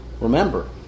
Remember